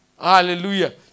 Hallelujah